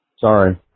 Sorry